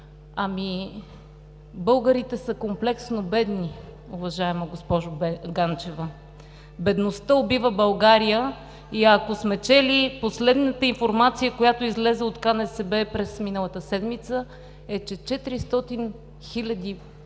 Българите са комплексно бедни, уважаема госпожо Ганчева! Бедността убива България! Ако сте чели, последната информация, която излезе от КНСБ през миналата седмица, е, че 400 хиляди работещи